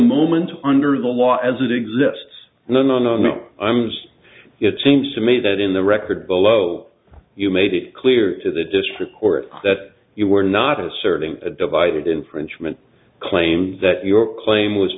moment under the law as it exists no no no no i was it seems to me that in the record below you made it clear to the district court that you were not asserting a divided infringement claim